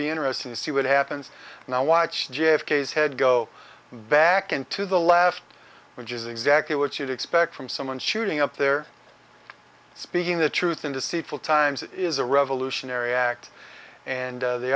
be interesting to see what happens and i watch j f k s head go back into the last which is exactly what you'd expect from someone shooting up there speaking the truth in deceitful times is a revolutionary act and they